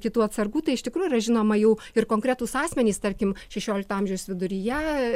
kitų atsargų tai iš tikrųjų yra žinoma jau ir konkretūs asmenys tarkim šešiolikto amžiaus viduryje